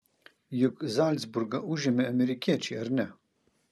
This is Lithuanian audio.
juk zalcburgą užėmė amerikiečiai ar ne